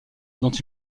dont